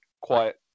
quiet